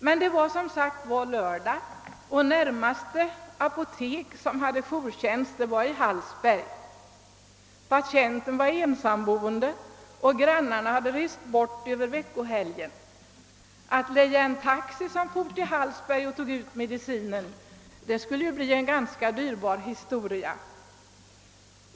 Men detta hände som sagt på en lördag, och närmaste apotek med jourtjänst var beläget i Hallsberg. Patienten var ensamboende och grannarna hade rest bort över veckohelgen. Att leja en taxi, som for till Hallsberg för att hämta medicinen, skulle bli ganska dyrbart.